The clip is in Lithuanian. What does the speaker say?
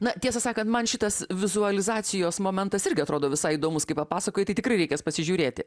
na tiesą sakant man šitas vizualizacijos momentas irgi atrodo visai įdomus kai papasakojai tai tikrai reikės pasižiūrėti